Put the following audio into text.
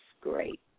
great